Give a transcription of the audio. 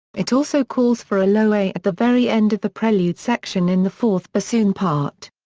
it also calls for a low a at the very end of the prelude section in the fourth bassoon part.